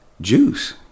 juice